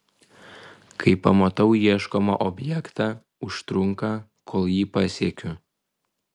kai pamatau ieškomą objektą užtrunka kol jį pasiekiu